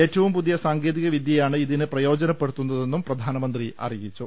ഏറ്റവും പുതിയ സാങ്കേതിക വിദ്യയാണ് ഇതിന് പ്രയോജനപ്പെടുത്തുന്നതെന്നും പ്രധാനമന്ത്രി അറിയിച്ചു